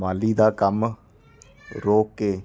ਮਾਲੀ ਦਾ ਕੰਮ ਰੋਕ ਕੇ